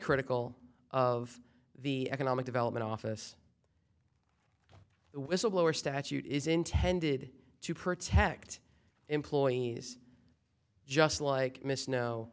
critical of the economic development office whistleblower statute is intended to protect employees just like miss no